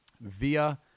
via